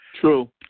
True